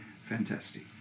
Fantastic